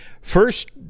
First